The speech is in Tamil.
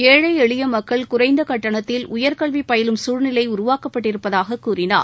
ஏழைஎளியமக்கள் குறைந்தகட்டணத்தில் உயர்கல்விபயிலும் சூழ்நிலைஉருவாக்கப்பட்டிருப்பதாக் கூறினார்